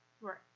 Right